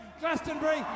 Glastonbury